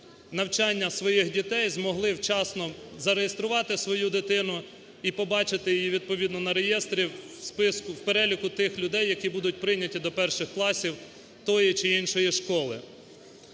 навчання своїх дітей, змогли вчасно зареєструвати свою дитину і побачити її відповідно на реєстрі в переліку тих людей, які будуть прийняті до перших класів тієї чи іншої школи.